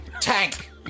Tank